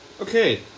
Okay